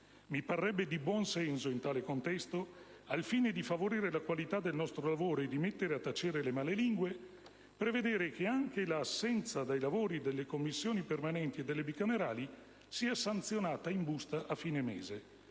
Mi parrebbe di buon senso, in tale contesto, al fine di favorire la qualità del nostro lavoro e di mettere a tacere le malelingue, prevedere che anche l'assenza dai lavori delle Commissioni permanenti e delle bicamerali sia sanzionata in busta a fine mese.